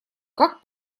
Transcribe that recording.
как